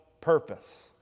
purpose